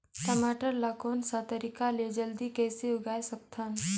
टमाटर ला कोन सा तरीका ले जल्दी कइसे उगाय सकथन?